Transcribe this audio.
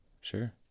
sure